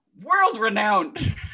world-renowned